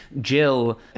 Jill